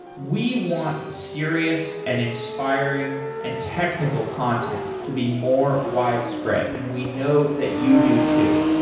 we want serious and inspiring and technical content to be more widespread and we know that you do to.